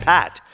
Pat